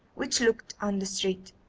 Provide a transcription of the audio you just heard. which looked on the street,